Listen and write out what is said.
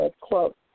quote